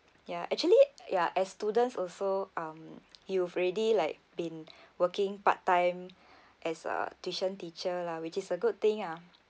ya actually ya as students also um you've already like been working part time as a tuition teacher lah which is a good thing ah